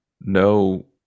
no